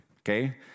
okay